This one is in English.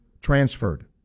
transferred